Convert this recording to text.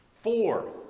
Four